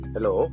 Hello